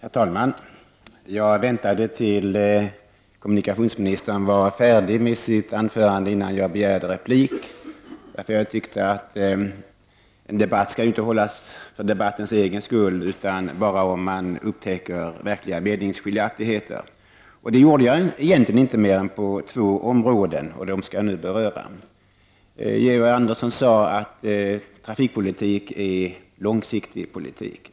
Herr talman! Jag väntade tills kommunikationsministern var färdig med sitt anförande innan jag begärde replik, för jag tycker att en debatt inte skall hållas för debattens egen skull utan bara om man upptäcker verkliga meningsskiljaktigheter. Det gjorde jag egentligen inte mer än på två områden, och dem skall jag nu beröra. Georg Andersson sade att trafikpolitik är långsiktig politik.